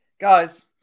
Guys